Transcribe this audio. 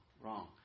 wrong